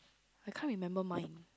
I can't remember mine